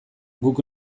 guk